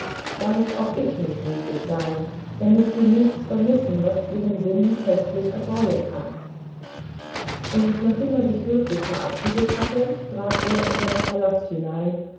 darf auch ich nicht müßig sein damit sie nichts vermissen was ihren sinn festlich erfreuen kann und nachdem er sich höflich verabschiedet hatte trat er in seinen palast hinein